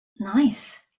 nice